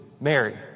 Mary